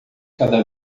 cada